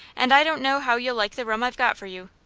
and i don't know how you'll like the room i've got for you.